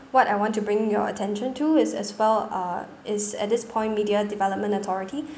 what I want to bring your attention to is as well uh is at this point media development authority